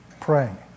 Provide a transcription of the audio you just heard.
praying